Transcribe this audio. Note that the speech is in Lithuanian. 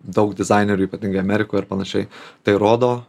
daug dizainerių ypatingai amerikoj ir panašiai tai rodo